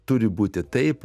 turi būti taip